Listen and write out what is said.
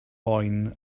boen